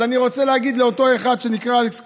אז אני רוצה להגיד לאותו אחד שנקרא אלכס קושניר: